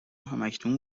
همکنون